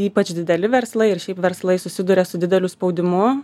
ypač dideli verslai ir šiaip verslai susiduria su dideliu spaudimu